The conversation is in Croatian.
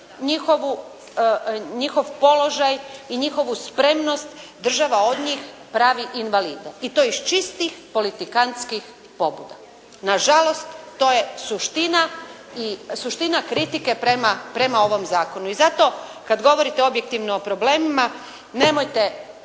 njihov položaj i njihovu spremnost, država od njih pravi invalide i to iz čistih politikanskih pobuda. Nažalost, to je suština kritike prema ovom zakonu i zato kad govorite objektivno o problemima, nemojte